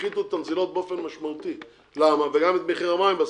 יפחית את הנזילות באופן משמעותי וגם את מחיר המים בסוף.